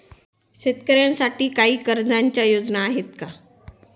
शेतकऱ्यांसाठी काही कर्जाच्या योजना आहेत का?